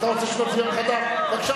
אתה רוצה שנצביע מחדש?